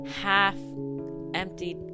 half-empty